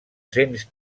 cents